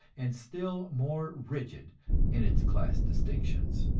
and still more rigid in its class distinctions.